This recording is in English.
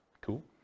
Cool